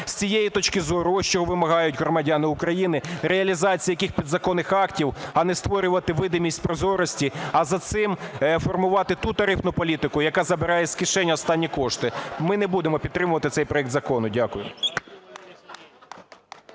З цієї точки зору ось що вимагають громадяни України, реалізація яких підзаконних актів, а не створювати видимість прозорості, а за цим формувати ту тарифну політику, яка забирає з кишень останні кошти. Ми не будемо підтримувати цей проект Закону. Дякую.